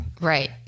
Right